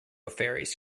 ferries